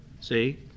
See